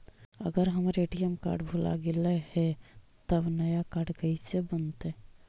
अगर हमर ATM card भुला गैलै हे तब नया काड कइसे बनतै?